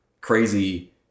crazy